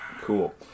Cool